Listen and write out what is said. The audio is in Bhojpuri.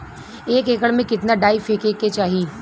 एक एकड़ में कितना डाई फेके के चाही?